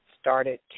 started